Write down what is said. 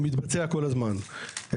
מתבצע כל הזמן.